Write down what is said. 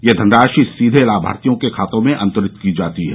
यह धनराशि सीधे लाभार्थियों के खाते में अंतरित की जाती है